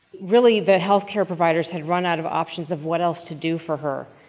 really, the healthcare providers had run out of options of what else to do for her.